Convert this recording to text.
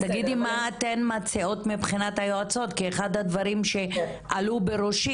תגידי מה אתן מציעות מבחינת היועצות כי אחד הדברים שעלו בראשי